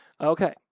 Okay